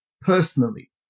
personally